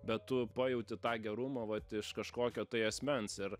bet tu pajauti tą gerumą vat iš kažkokio tai asmens ir